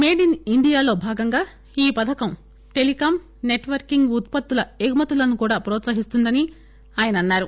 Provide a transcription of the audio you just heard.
made in ఇండియాలో భాగంగా ఈ పథకం టెలికాం నెట్వర్కింగ్ ఉత్పత్తుల ఎగుమతులను కూడా వ్రోత్సహిస్తుందని ఆయన అన్నారు